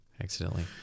Accidentally